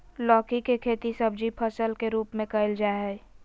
लौकी के खेती सब्जी फसल के रूप में कइल जाय हइ